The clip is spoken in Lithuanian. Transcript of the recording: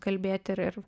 kalbėt ir ir